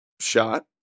shot